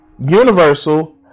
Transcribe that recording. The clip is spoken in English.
universal